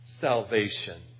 salvation